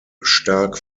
stark